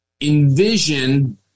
envision